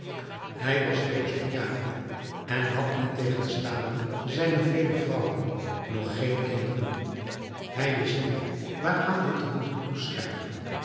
hij was reeds op jaren en had niettegenstaande zijne vele vrouwen nog geene kinderen hij wist niet waaraan dit te moeten toeschrijven